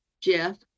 Jeff